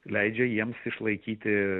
leidžia jiems išlaikyti